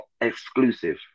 exclusive